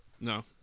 No